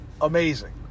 Amazing